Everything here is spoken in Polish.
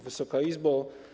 Wysoka Izbo!